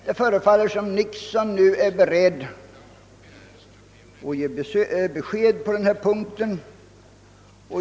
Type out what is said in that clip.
Det förefaller som om Nixon nu är beredd att ge besked på den punkten.